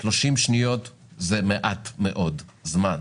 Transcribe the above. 30 שניות זה מעט מאוד זמן.